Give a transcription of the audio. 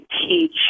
teach